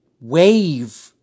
wave